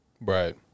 Right